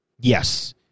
yes